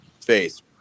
face